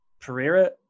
Pereira